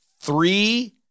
Three